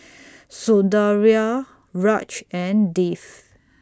Sundaraiah Raj and Dev